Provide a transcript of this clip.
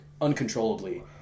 uncontrollably